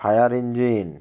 fire engine